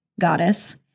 goddess